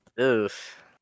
Oof